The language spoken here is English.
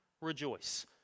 rejoice